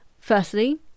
firstly